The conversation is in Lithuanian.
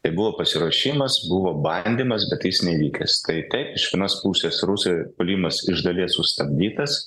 tai buvo pasiruošimas buvo bandymas bet jis nevykęs tai taip iš vienos pusės rusijoj puolimas iš dalies sustabdytas